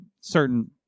certain